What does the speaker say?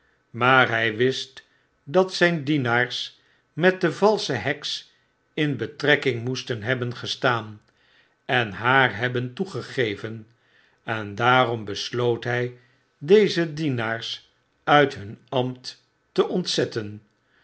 maar hy wist dat zyn dienaars met de valsche heks in betrekking moesten hebben gestaan enhaarhebben toegegeven en daarom besloot hy deze dienaars uit hun ambt te ontzetten